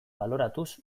baloratuz